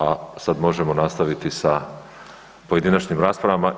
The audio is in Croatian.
A sad možemo nastaviti sa pojedinačnim raspravama.